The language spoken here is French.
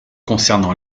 concernant